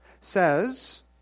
says